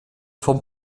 von